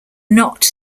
not